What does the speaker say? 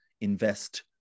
invest